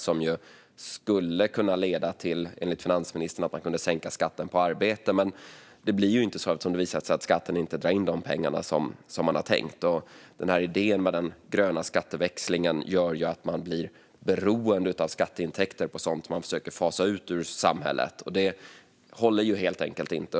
Den skulle enligt finansministern leda till att man kunde sänka skatten på arbete, men så blir det ju inte eftersom det har visat sig att skatten inte drar in de pengar som det var tänkt. Idén om den gröna skatteväxlingen innebär att man blir beroende av skatteintäkter från sådant som man försöker fasa ut ur samhället, och det håller helt enkelt inte.